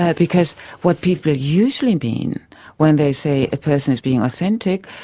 yeah because what people usually mean when they say a person is being authentic,